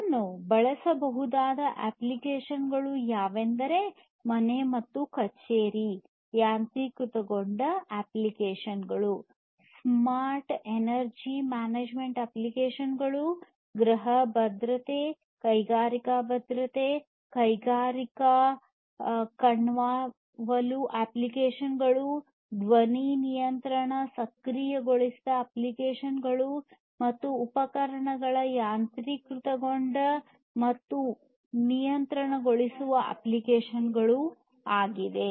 ಇದನ್ನು ಬಳಸಬಹುದಾದ ಅಪ್ಲಿಕೇಶನ್ ಗಳು ಯಾವೆಂದರೆ ಮನೆ ಮತ್ತು ಕಚೇರಿ ಯಾಂತ್ರೀಕೃತಗೊಂಡ ಅಪ್ಲಿಕೇಶನ್ ಗಳು ಸ್ಮಾರ್ಟ್ ಎನರ್ಜಿ ಮ್ಯಾನೇಜ್ಮೆಂಟ್ ಅಪ್ಲಿಕೇಶನ್ಗಳು ಗೃಹ ಭದ್ರತೆ ಕೈಗಾರಿಕಾ ಭದ್ರತೆ ಕೈಗಾರಿಕಾ ಕಣ್ಗಾವಲು ಅಪ್ಲಿಕೇಶನ್ ಗಳು ಧ್ವನಿ ನಿಯಂತ್ರಣ ಸಕ್ರಿಯಗೊಳಿಸಿದ ಅಪ್ಲಿಕೇಶನ್ಗಳು ಮತ್ತು ಉಪಕರಣಗಳ ಯಾಂತ್ರೀಕೃತಗೊಂಡ ಮತ್ತು ನಿಯಂತ್ರಣಗೊಳಿಸುವ ಅಪ್ಲಿಕೇಶನ್ಗಳು ಆಗಿವೆ